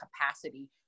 capacity